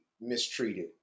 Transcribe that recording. mistreated